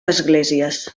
esglésies